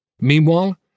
Meanwhile